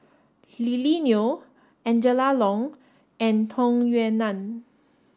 Lily Neo Angela Liong and Tung Yue Nang